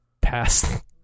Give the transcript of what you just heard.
past